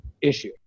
issue